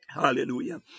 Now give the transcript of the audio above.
Hallelujah